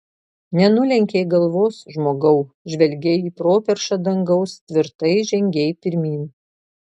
nenulenkei galvos žmogau žvelgei į properšą dangaus tvirtai žengei pirmyn